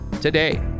today